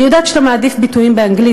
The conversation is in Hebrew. אני יודעת שאתה מעדיף ביטויים באנגלית,